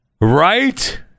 Right